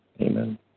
Amen